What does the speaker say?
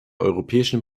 europäischen